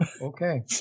Okay